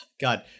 God